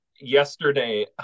yesterday